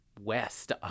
west